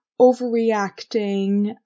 overreacting